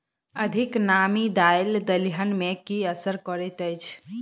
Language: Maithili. अधिक नामी दालि दलहन मे की असर करैत अछि?